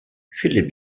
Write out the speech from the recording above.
philipp